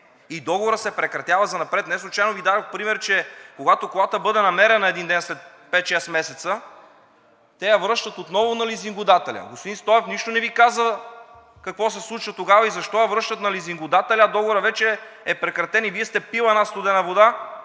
и договорът се прекратява занапред. Неслучайно Ви дадох пример, че когато колата бъде намерена един ден след пет-шест месеца, те я връщат отново на лизингодателя. Господин Стоев нищо не Ви каза какво се случва тогава и защо я връщат на лизингодателя, а договорът вече е прекратен. Вие сте пили една студена вода